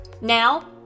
Now